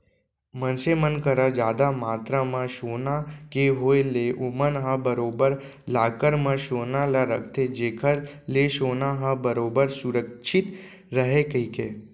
मनसे मन करा जादा मातरा म सोना के होय ले ओमन ह बरोबर लॉकर म सोना ल रखथे जेखर ले सोना ह बरोबर सुरक्छित रहय कहिके